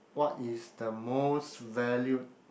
what is the most valued